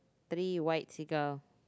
three white seagull